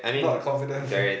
not confident